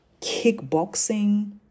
kickboxing